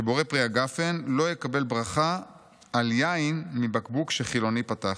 שבורא פרי הגפן לא יקבל ברכה על יין מבקבוק שחילוני פתח.